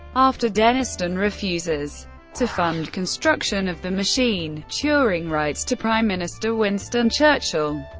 after denniston refuses to fund construction of the machine, turing writes to prime minister winston churchill,